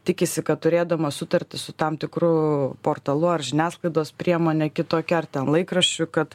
tikisi kad turėdama sutartį su tam tikru portalu ar žiniasklaidos priemone kitokia ar ten laikraščiu kad